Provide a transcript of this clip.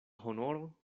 honoro